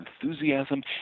enthusiasm